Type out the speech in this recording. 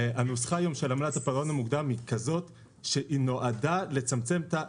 הנוסחה היום של עמלת הפירעון המוקדם היא כזאת שהיא נועדה לצמצם את,